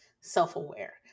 self-aware